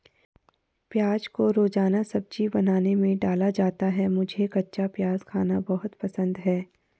प्याज को रोजाना सब्जी बनाने में डाला जाता है मुझे कच्चा प्याज खाना बहुत पसंद है